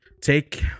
take